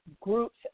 groups